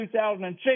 2006